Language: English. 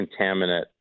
contaminant